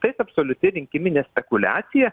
taip absoliuti rinkiminė spekuliacija